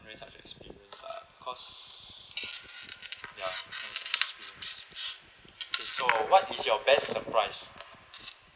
really have such an experience ah cause ya so what is your best surprise